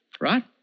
right